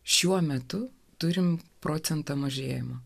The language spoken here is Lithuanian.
šiuo metu turime procentą mažėjimo